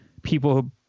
people